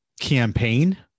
campaign